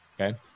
Okay